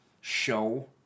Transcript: show